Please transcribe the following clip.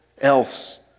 else